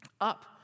up